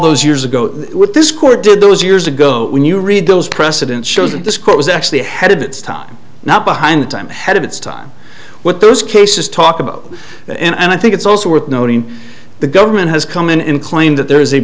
those years ago with this court did those years ago when you read those precedents shows that this court was actually ahead of its time now behind time head of its time with those cases talk about that and i think it's also worth noting the government has come in and claim that there is a